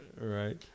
Right